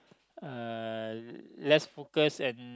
uh less focus and